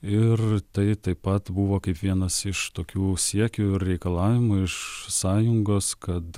ir tai taip pat buvo kaip vienas iš tokių siekių reikalavimų iš sąjungos kad